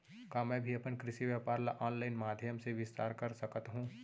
का मैं भी अपन कृषि व्यापार ल ऑनलाइन माधयम से विस्तार कर सकत हो?